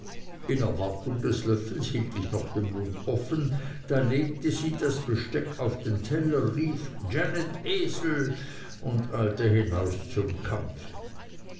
in erwartung des löffels hielt ich noch den mund offen da legte sie das besteck auf den teller rief janet esel und eilte hinaus zum kampfe